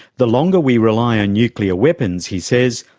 the longer we rely on nuclear weapons, he says,